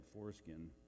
foreskin